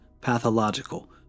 Pathological